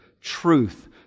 Truth